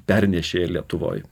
pernešėja lietuvoj